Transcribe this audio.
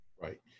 Right